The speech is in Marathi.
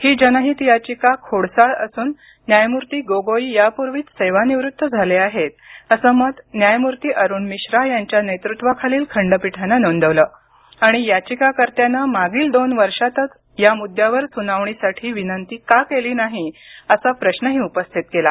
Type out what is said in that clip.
ही जनहित याचिका खोडसाळ असून न्यायमूर्ती गोगोई यापूर्वीच सेवानिवृत्त झाले आहेत असं मत न्यायमूर्ती अरुण मिश्रा यांच्या नेतृत्वातील खंडपीठानं नोंदवलं आणि याचिकाकर्त्याने मागील दोन वर्षातच या मुद्यावर सुनावणीसाठी विनंती का केली नाही असा प्रश्नही उपस्थित केला